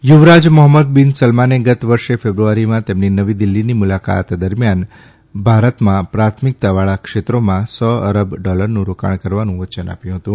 યુવરાજ Mohammed bin સલમાને ગત વર્ષે ફેબ્રુઆરીમાં તેમની નવી દિલ્ફીની મુલાકાત દરમ્યાન ભારતમાં પ્રાથમિકતા વાળા ક્ષેત્રોમાં સો અરબ ડોલરનું રોકામ કરવાનું વચન આપ્યું હતું